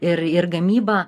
ir ir gamyba